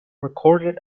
recorded